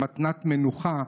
"מתנת מנוחה",